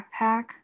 backpack